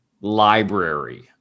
library